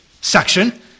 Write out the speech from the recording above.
section